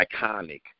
iconic